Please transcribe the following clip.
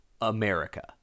America